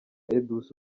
edouce